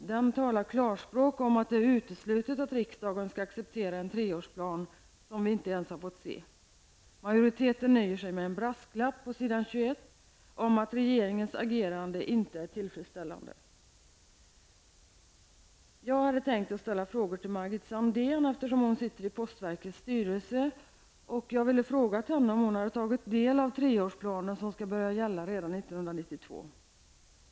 I den talas det klarspråk om att det är uteslutet att riksdagen skall acceptera en treårsplan som vi inte ens har fått se. Majoriteten nöjer sig med en brasklapp på s. 21 om att regeringens agerande inte är tillfredsställande. Jag hade tänkt ställa frågor till Margit Sandéhn eftersom hon sitter i postverkets styrelse, om hon har tagit del av treårsplanen som skall börja gälla redan 1992.